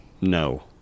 No